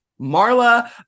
Marla